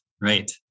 Right